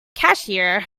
cashier